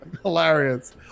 Hilarious